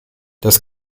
das